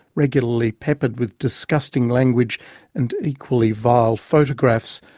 regularly peppered with disgusting language and equally vile photographs,